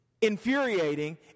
infuriating